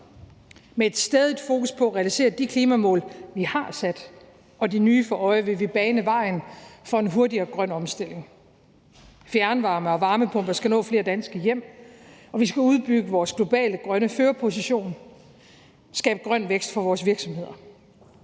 Med et stædigt fokus på at realisere de klimamål, vi har sat, og med de nye for øje vil vi bane vejen for en hurtigere grøn omstilling. Fjernvarme og varmepumper skal nå flere danske hjem, og vi skal udbygge vores globale grønne førerposition, skabe grøn vækst for vores virksomheder.